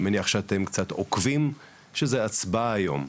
מניח שאתם קצת עוקבים שיש הצבעה חשובה היום.